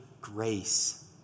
grace